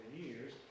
years